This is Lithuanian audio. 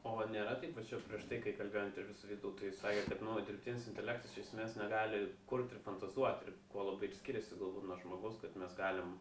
o va nėra taip kad čia prieš tai kai kalbėjom interviu su vytautu jis sakė kad nu dirbtinis intelektas iš esmės negali kurt ir fantazuot ir kuo labai ir skiriasi galbūt nuo žmogus kad mes galim